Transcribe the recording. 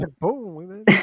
boom